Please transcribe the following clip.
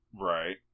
Right